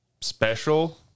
special